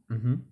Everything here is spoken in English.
mmhmm